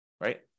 right